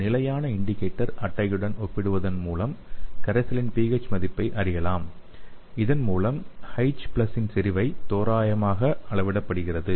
ஒரு நிலையான இண்டிகேடர் அட்டையுடன் ஒப்பிடுவதன் மூலம் கரைசலின் pH மதிப்பை அறியலாம் இதன் மூலம் H இன் செறிவு தோராயமாக அளவிடப்படுகிறது